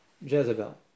Jezebel